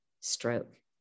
stroke